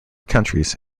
countries